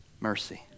mercy